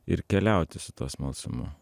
ir keliauti su tuo smalsumu